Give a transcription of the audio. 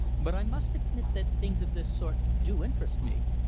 but i must admit that things of this sort do interest me.